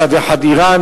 מצד אחד אירן,